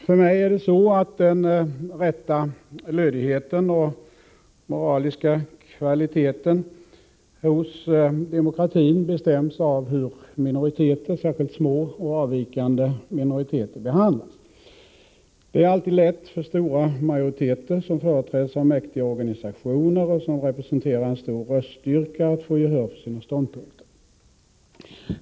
För mig bestäms den rätta lödigheten och moraliska kvaliteten hos demokratin av hur minoriteten, särskilt små och avvikande minoriteter, behandlas. Det är alltid lätt för stora majoriteter, som företräds av mäktiga organisationer och som representerar en stor röststyrka, att få gehör för sina ståndpunkter.